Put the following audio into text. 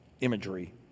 imagery